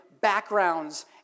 backgrounds